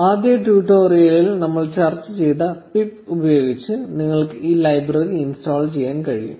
ആദ്യ ട്യൂട്ടോറിയലിൽ നമ്മൾ ചർച്ച ചെയ്ത പിപ്പ് ഉപയോഗിച്ച് നിങ്ങൾക്ക് ഈ ലൈബ്രറി ഇൻസ്റ്റാൾ ചെയ്യാൻ കഴിയും